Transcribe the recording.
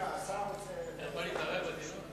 אפשר להתערב בדיון?